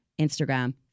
Instagram